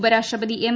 ഉപരാഷ്ട്രപതി എം